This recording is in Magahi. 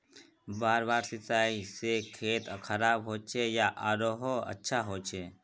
बार बार सिंचाई से खेत खराब होचे या आरोहो अच्छा होचए?